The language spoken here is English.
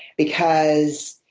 because